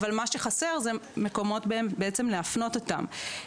אבל מה שחסר הוא מקומות בעצם להפנות אותם,